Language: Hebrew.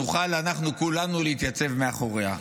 נוכל כולנו להתייצב מאחוריה.